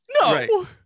no